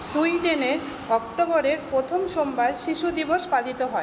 সুইডেনে অক্টোবরের প্রথম সোমবার শিশু দিবস পালিত হয়